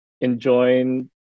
enjoying